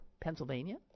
Pennsylvania